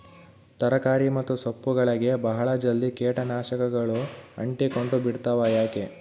ತರಕಾರಿ ಮತ್ತು ಸೊಪ್ಪುಗಳಗೆ ಬಹಳ ಜಲ್ದಿ ಕೇಟ ನಾಶಕಗಳು ಅಂಟಿಕೊಂಡ ಬಿಡ್ತವಾ ಯಾಕೆ?